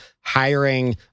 hiring